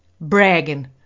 bragging